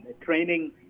training